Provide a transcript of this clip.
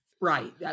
Right